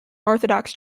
orthodox